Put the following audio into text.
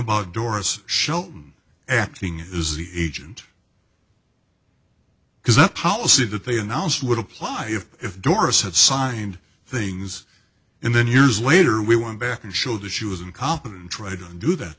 about doris shelton acting is the agent because the policy that they announced would apply if doris had signed things and then years later we went back and show that she was incompetent try to undo that